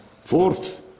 Fourth